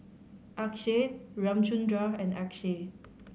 Akshay Ramchundra and Akshay